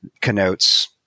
connotes